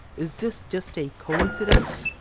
is this just a coincidence?